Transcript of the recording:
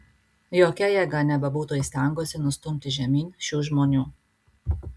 jokia jėga nebebūtų įstengusi nustumti žemyn šių žmonių